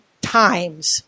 times